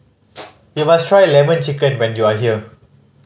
you must try Lemon Chicken when you are here